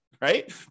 right